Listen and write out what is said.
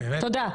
תודה.